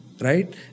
Right